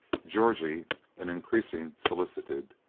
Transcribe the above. georgie an increasing solicitude.